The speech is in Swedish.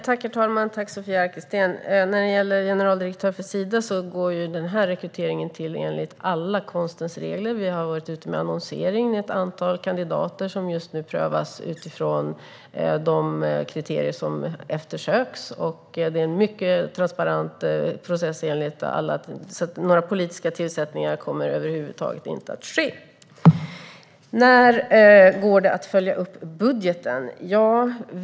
Herr talman! Tack, Sofia Arkelsten! Rekryteringen av en generaldirektör för Sida går till enligt alla konstens regler. Vi har varit ute med annonsering. Ett antal kandidater prövas just nu utifrån de kriterier som eftersöks. Det är en mycket transparent process. Några politiska tillsättningar kommer över huvud taget inte att ske. När går det att följa upp budgeten?